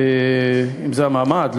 אם זה המעמד,